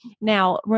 Now